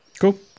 Cool